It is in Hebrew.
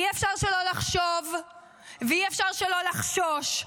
אי-אפשר שלא לחשוב ואי-אפשר שלא לחשוש,